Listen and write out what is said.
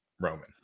Roman